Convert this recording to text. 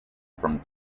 from